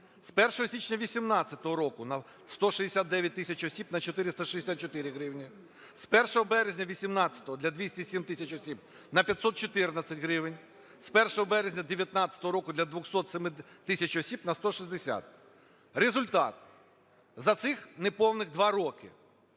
З 1 січня 2018 року, 169 тисяч осіб – на 464 гривні. З 1 березня 2018-го для 207 тисяч осіб – на 514 гривень. З 1 березня 2019 року для 207 тисяч осіб – на 160. Результат. За цих неповних 2 роки